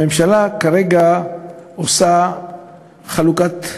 הממשלה כרגע עושה חלוקת,